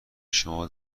شما